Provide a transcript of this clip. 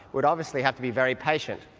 we'd obviously have to be very patient.